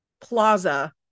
plaza